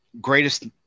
greatest